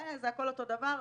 זה הכל אותו דבר,